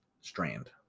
Strand